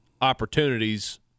opportunities